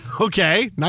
okay